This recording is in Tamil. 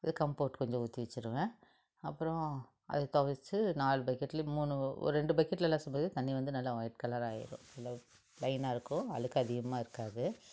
இது கம்போர்ட் கொஞ்சம் ஊற்றி வச்சிருவேன் அப்புறோம் அதை துவைச்சி நாலு பக்கெட்லையும் மூணு ஒரு ரெண்டு பக்கெட்ல அலசும்போதே தண்ணீர் வந்து நல்லா ஒய்ட் கலர் ஆயிடும் நல்லா பிளைனாக இருக்கும் அழுக்கு அதிகமாக இருக்காது